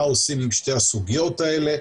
מה עושים עם שתי הסוגיות האלה,